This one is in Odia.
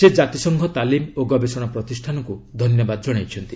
ସେ ଜାତିସଂଘ ତାଲିମ ଓ ଗବେଷଣା ପ୍ରତିଷ୍ଠାନକୁ ଧନ୍ୟବାଦ କ୍ଷଣାଇଛନ୍ତି